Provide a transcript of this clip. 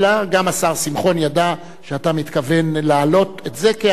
גם השר שמחון ידע שאתה מתכוון להעלות את זה כהצעה,